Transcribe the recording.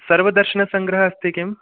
सर्वदर्शनसङ्ग्रहः अस्ति किम्